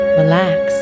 relax